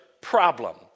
problem